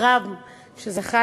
הקרב שזכה,